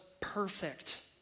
perfect